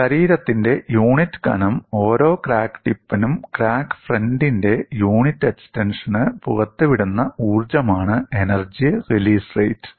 ശരീരത്തിന്റെ യൂണിറ്റ് കനം ഓരോ ക്രാക്ക് ടിപ്പിനും ക്രാക്ക് ഫ്രണ്ടിന്റെ യൂണിറ്റ് എക്സ്റ്റൻഷന് പുറത്തുവിടുന്ന ഊർജ്ജമാണ് എനർജി റിലീസ് റേറ്റ്